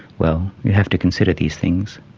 well, you have to consider these things.